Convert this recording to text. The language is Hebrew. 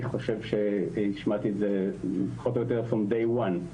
אני חושב שהשמעתי את זה פחות או יותר מהיום הראשון.